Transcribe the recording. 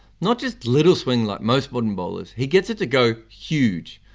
not just little swing like most modern bowlers, he gets it to go huge.